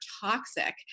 toxic